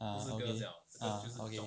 ah okay ah okay